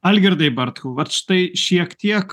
algirdai bartkau vat štai šiek tiek